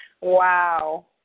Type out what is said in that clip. Wow